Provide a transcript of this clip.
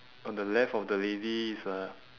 on the left of the lady is a